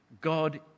God